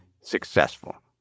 successful